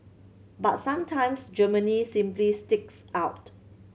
but sometimes Germany simply sticks out